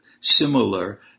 Similar